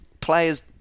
Players